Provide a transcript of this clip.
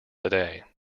today